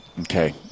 Okay